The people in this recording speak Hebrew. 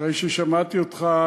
אחרי ששמעתי אותך,